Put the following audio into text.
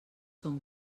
són